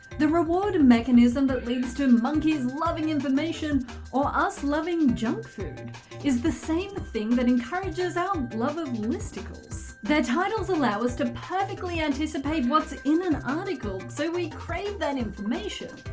the reward and mechanism that leads to monkeys loving information or us loving junk food is the same thing that encourages our love of listicles. their titles allows us to perfectly anticipate what's in an article, so we crave that information.